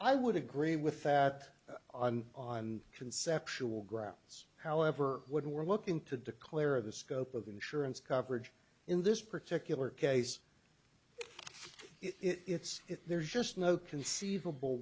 i would agree with that on on conceptual grounds however what we're looking to declare the scope of insurance coverage in this particular case it's there's just no conceivable